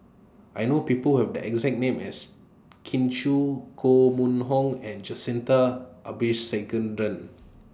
I know People Who Have The exact name as Kin Chui Koh Mun Hong and Jacintha Abisheganaden